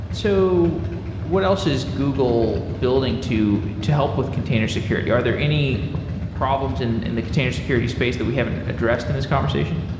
so what else is google building to to help with container security? are there any problems in in the container security space that we haven't addressed in this conversation?